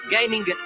Gaming